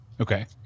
Okay